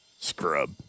Scrub